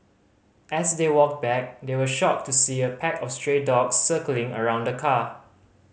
as they walked back they were shocked to see a pack of stray dogs circling around the car